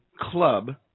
club